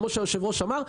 כפי שהיושב-ראש אמר,